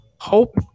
hope